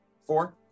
Four